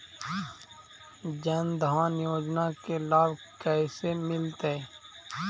जन धान योजना के लाभ कैसे मिलतै?